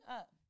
up